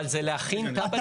אבל זה להכין תב"ע נקודתית.